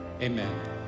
amen